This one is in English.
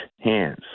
hands